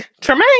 Tremaine